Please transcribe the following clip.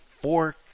four